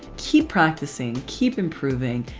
keep practicing, keep improving,